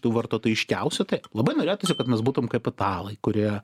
tų vartotojiškiausių tai labai norėtųsi kad mus būtum kaip italai kurie